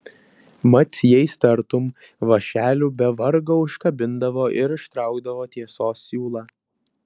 mat jais tartum vąšeliu be vargo užkabindavo ir ištraukdavo tiesos siūlą